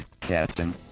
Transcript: Captain